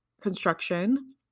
construction